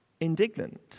indignant